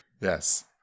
Yes